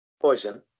Poison